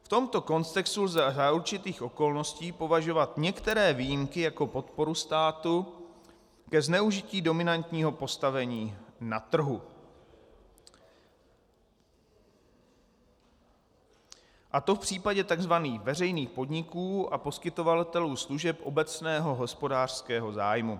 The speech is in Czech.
V tomto kontextu lze za určitých okolností považovat některé výjimky jako podporu státu ke zneužití dominantního postavení na trhu, a to v případě tzv. veřejných podniků a poskytovatelů služeb obecného hospodářského zájmu.